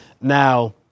Now